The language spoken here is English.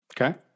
Okay